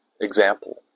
example